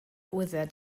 that